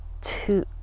two